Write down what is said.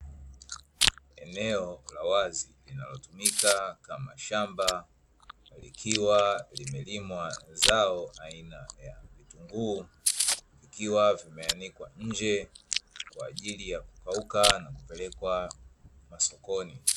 Eneo la wazi linalotumika kama shamba, likiwa limelimwa zao aina ya vitunguu, vikiwa vimeanikwa nje kwa ajili ya kukauka na kupelekwa masokoni.